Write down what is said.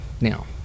Now